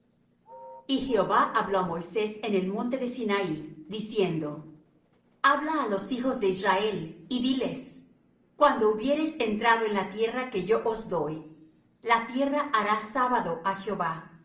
y jehova habló á moisés en el monte de sinaí diciendo habla á los hijos de israel y diles cuando hubiereis entrado en la tierra que yo os doy la tierra hará sábado á jehová